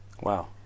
Wow